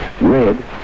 red